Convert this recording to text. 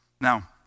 Now